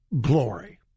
glory